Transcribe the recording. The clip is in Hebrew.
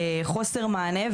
חוסר מענה,